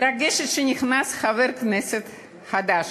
מתרגשת שנכנס חבר כנסת חדש,